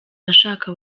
ashaka